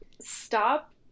Stop